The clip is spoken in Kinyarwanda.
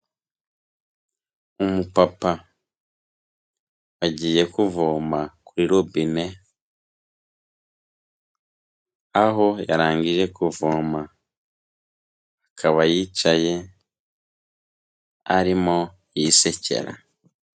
Umupapa agiye kuvoma kuri robine, aho yarangije kuvoma akaba yicaye arimo yisekera.